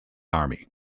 army